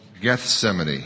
Gethsemane